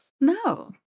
No